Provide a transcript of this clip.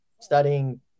studying